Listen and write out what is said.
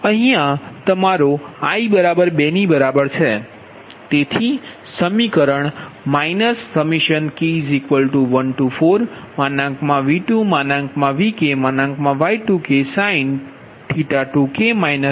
અહીયા તમારો i 2 ની બરાબર છે તેથી સમીકરણ k14V2VkY2ksin⁡2k 2k થશે